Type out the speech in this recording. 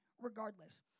regardless